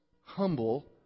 humble